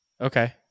Okay